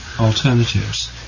alternatives